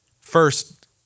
first